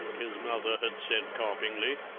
his mother had said carpingly,